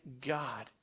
God